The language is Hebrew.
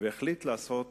והחליט לעשות